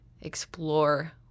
explore